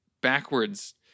backwards